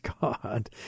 God